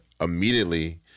immediately